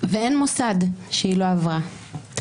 ואין מוסד שהיא לא עברה.